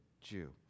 Jew